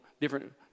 different